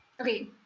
Okay